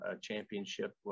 championship